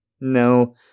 No